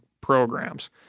programs